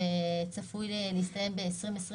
שצפוי להסתיים ב-2023,